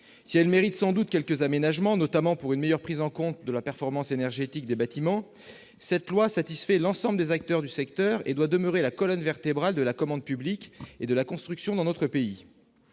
Si elle mérite sans doute quelques aménagements, notamment pour une meilleure prise en compte de la performance énergétique des bâtiments, cette loi satisfait l'ensemble des acteurs du secteur et doit demeurer la colonne vertébrale de la commande publique et de la construction dans notre pays.